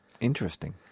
Interesting